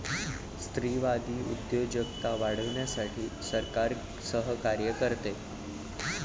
स्त्रीवादी उद्योजकता वाढवण्यासाठी सरकार सहकार्य करते